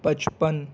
پچپن